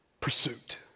pursuit